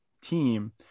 team